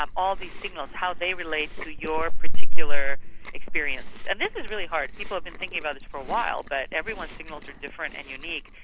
um all these signals, how they relate to your particular experiences. and this is really hard. people have been thinking about this for a while, but everyone's signals are different and unique,